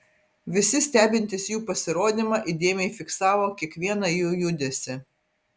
visi stebintys jų pasirodymą įdėmiai fiksavo kiekvieną jų judesį